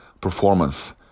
performance